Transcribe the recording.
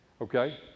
okay